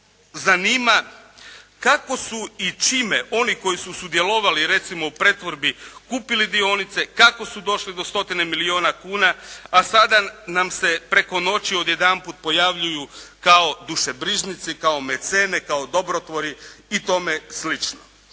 zanima kako su i čime oni koji su sudjelovali recimo u pretvorbi, kupili dionice, kako su došli do stotine milijuna kuna, a sada nam se preko noći odjedanput pojavljuju kao dušebrižnici, kao mecene, kao dobrotvori i tome sl.